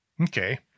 Okay